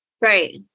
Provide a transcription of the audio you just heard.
Right